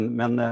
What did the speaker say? men